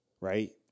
right